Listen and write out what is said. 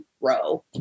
row